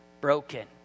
broken